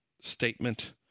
statement